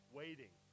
waiting